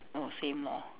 oh same lor